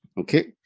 okay